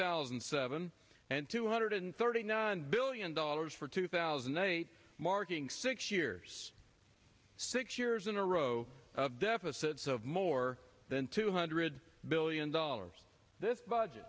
thousand and seven and two hundred thirty nine billion dollars for two thousand and eight marking six years six years in a row of deficits of more than two hundred billion dollars this budget